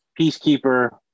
Peacekeeper